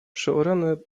przeorane